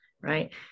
right